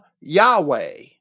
Yahweh